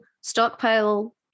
stockpile